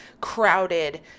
crowded